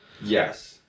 Yes